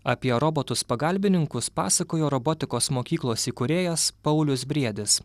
apie robotus pagalbininkus pasakojo robotikos mokyklos įkūrėjas paulius briedis